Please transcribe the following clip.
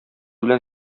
белән